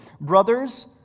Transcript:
Brothers